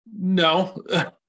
no